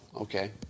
okay